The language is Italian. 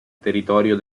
territorio